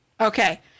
Okay